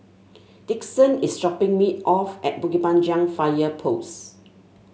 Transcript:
Dixon is dropping me off at Bukit Panjang Fire Post